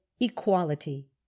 equality